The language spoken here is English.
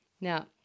Now